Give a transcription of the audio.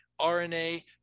RNA